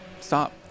Stop